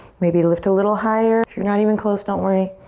maybe lift a little higher. if you're not even close, don't worry.